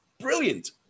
brilliant